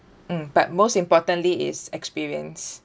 mm but most importantly is experience